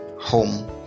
home